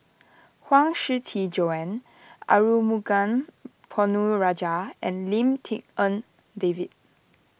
Huang Shiqi Joan Arumugam Ponnu Rajah and Lim Tik En David